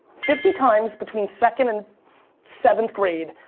fifty times between second and seventh grade,